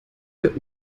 für